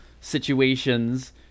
situations-